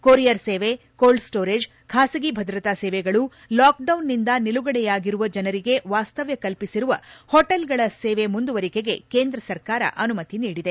courier ಸೇವೆ cold storage ಖಾಸಗಿ ಭದ್ರತಾ ಸೇವೆಗಳು ಲಾಕ್ಡೌನ್ನಿಂದ ನಿಲುಗಡೆಯಾಗಿರುವ ಜನರಿಗೆ ವಾಸ್ತವ್ನ ಕಲ್ಲಿಸಿರುವ ಹೊಟೇಲ್ಗಳ ಸೇವೆ ಮುಂದುವರಿಕೆಗೆ ಕೇಂದ್ರ ಸರ್ಕಾರ ಅನುಮತಿ ನೀಡಿದೆ